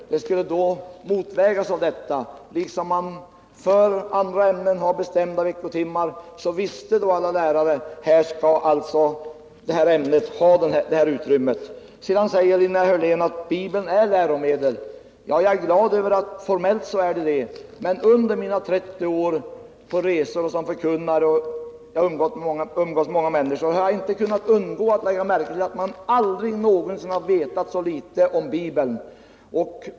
Men det skulle då uppvägas av att det var ett eget ämne. Alla lärare visste då när det gällde kristendomen som när det gäller andra ämnen som har bestämda veckotimmar att ämnet skall ha det utrymmet. Linnea Hörlén säger att Bibeln är läromedel. !ag är glad över att det är det — formellt. Men under mina 30 år på resor som förkunnare — jag har umgåtts med många människor — har jag inte kunnat undgå att lägga märke till att man aldrig någonsin tidigare vetat så litet om Bibeln som nu.